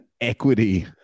equity